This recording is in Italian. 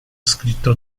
scritto